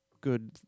good